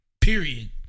period